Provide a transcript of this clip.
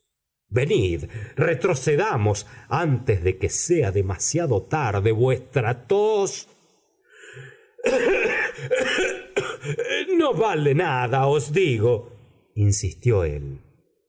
venid retrocedamos antes que sea demasiado tarde vuestra tos no vale nada os digo insistió él